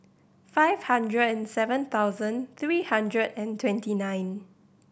five hundred and seven thousand three hundred and twenty nine